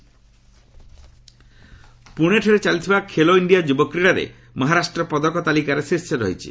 Khelo India ପ୍ରଣେଠାରେ ଚାଲିଥିବା Khelo India ଯୁବ କ୍ରୀଡ଼ାରେ ମହାରାଷ୍ଟ୍ର ପଦକ ତାଲିକାରେ ଶୀର୍ଷରେ ରହିଛି